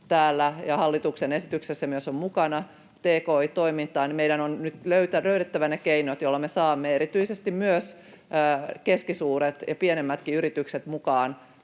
täällä — ja hallituksen esityksessä myös on mukana — tki-toimintaan, meidän on nyt löydettävä ne keinot, joilla me saamme erityisesti myös keskisuuret ja pienemmätkin yritykset mukaan